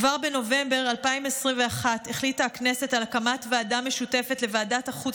כבר בנובמבר 2021 החליטה הכנסת על הקמת ועדה משותפת לוועדת החוץ